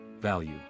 Value